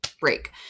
break